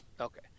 Okay